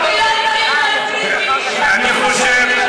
אני חושב,